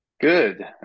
Good